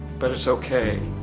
but that's ok,